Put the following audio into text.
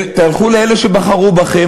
תלכו לאלה שבחרו בכם